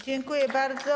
Dziękuję bardzo.